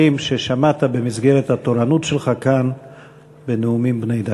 ששמעת במסגרת התורנות שלך כאן בנאומים בני דקה.